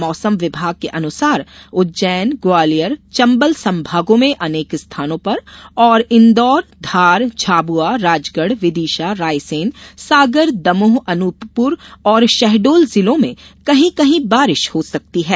मौसम विभाग के अनुसार उज्जैन ग्वालियर चंबल संभागों में अनेक स्थानों पर और इंदौर धार झाबुआ राजगढ विदिशा रायसेन सागर दमोह अनूपपुर और शहडोल जिलों में कही कही बारिश हो सकती है